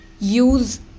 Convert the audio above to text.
use